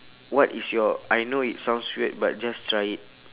what is your I know it sounds weird but just try it